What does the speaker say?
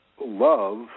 love